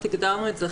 הגדרנו את זה,